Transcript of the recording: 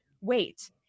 wait